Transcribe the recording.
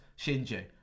Shinji